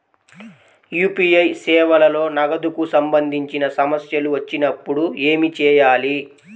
UPI సేవలలో నగదుకు సంబంధించిన సమస్యలు వచ్చినప్పుడు ఏమి చేయాలి?